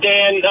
Dan